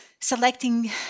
Selecting